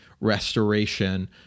restoration